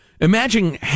Imagine